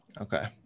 Okay